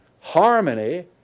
harmony